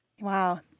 Wow